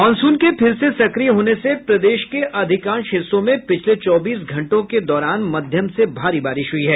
monsoon के फिर से सक्रिय होने से प्रदेश के अधिकांश हिस्सों में पिछले चौबीस घंटों के दौरान मध्यम से भारी बारिश हुई है